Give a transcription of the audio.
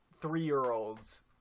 three-year-olds